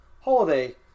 holiday